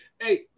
Hey